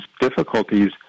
difficulties